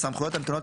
לכולם יש מדרג.